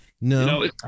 No